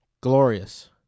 Glorious